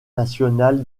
nationale